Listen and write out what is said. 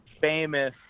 famous